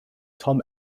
tom